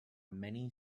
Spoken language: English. many